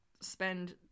spend